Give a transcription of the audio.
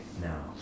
now